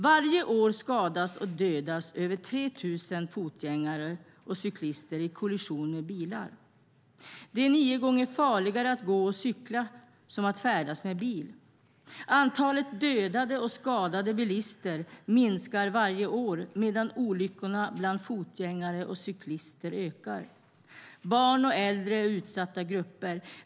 Varje år skadas och dödas över 3 000 fotgängare och cyklister i kollision med bilar. Det är nio gånger farligare att gå och cykla som att färdas med bil. Antalet dödade och skadade bilister minskar varje år medan olyckorna bland fotgängare och cyklister ökar. Barn och äldre är utsatta grupper.